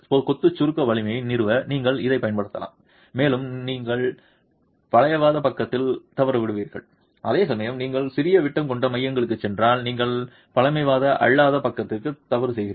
கொத்து சுருக்க வலிமையை நிறுவ நீங்கள் இதைப் பயன்படுத்தலாம் மேலும் நீங்கள் பழமைவாத பக்கத்தில் தவறிவிடுவீர்கள் அதேசமயம் நீங்கள் சிறிய விட்டம் கொண்ட மையங்களுக்குச் சென்றால் நீங்கள் பழமைவாத அல்லாத பக்கத்தில் தவறு செய்கிறீர்கள்